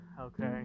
okay